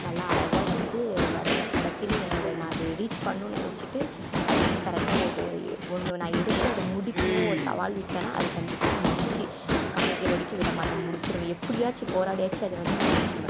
நல்லா அழகாக வந்து வரைவேன் கடைசியில் என்னோடய நான் அது ரீச் பண்ணுன்னு நினச்சிட்டு அதை வந்து கரெட்டாக ஒரு ஒன்று நான் எடுத்து அதை முடிக்கணும் சவால் விட்டேன்னா அது கண்டிப்பாக நான் முடித்து காமிக்கிற வரைக்கும் விடமாட்டேன் முடிச்சுருவேன் எப்படியாச்சும் போராடியாச்சும் அதை வந்து நான் முடிச்சுருவேன்